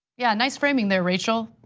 yeah, nice framing there, rachel.